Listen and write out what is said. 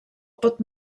pot